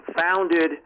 founded